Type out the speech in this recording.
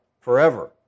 forever